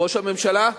ראש הממשלה,